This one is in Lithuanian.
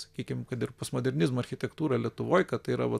sakykim kad ir postmodernizmo architektūrą lietuvoj kad tai yra vat